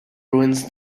ruins